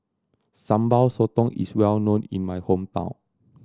Sambal Sotong is well known in my hometown